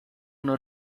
non